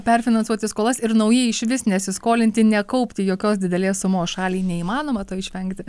perfinansuoti skolas ir naujai išvis nesiskolinti nekaupti jokios didelės sumos šaliai neįmanoma to išvengti